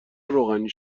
روغنی